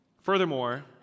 Furthermore